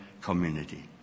community